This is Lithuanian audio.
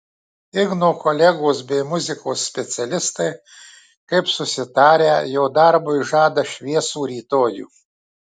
igno kolegos bei muzikos specialistai kaip susitarę jo darbui žada šviesų rytojų